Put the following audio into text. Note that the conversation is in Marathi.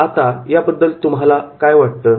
आता याबद्दल तुम्हाला काय वाटतं